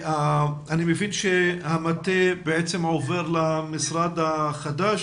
אני מבין שהמטה עובר למשרד החדש,